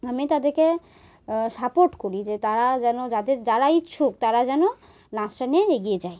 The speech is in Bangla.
আমি তাদেরকে সাপোর্ট করি যে তারা যেন যাদের যারা ইচ্ছুক তারা যেন নাচটা নিয়ে এগিয়ে যায়